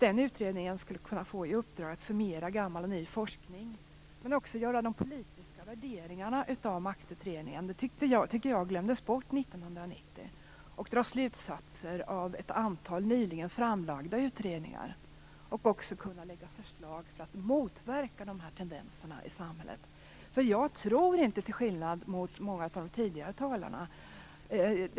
Den utredningen skulle kunna få i uppdrag att summera gammal och ny forskning, men också göra de politiska värderingarna av maktutredningen, det tycker jag glömdes bort 1990, och dra slutsatser av ett antal nyligen framlagda utredningar. Den skulle också kunna lägga fram förslag för att motverka de här tendenserna i samhället. Jag tror nämligen inte på det som många av de tidigare talarna har tagit upp.